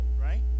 right